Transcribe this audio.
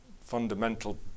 fundamental